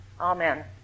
Amen